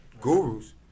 Gurus